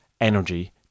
energy